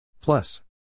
Plus